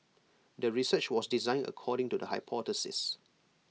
the research was designed according to the hypothesis